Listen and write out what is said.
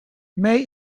may